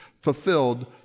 fulfilled